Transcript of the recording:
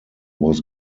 was